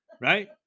Right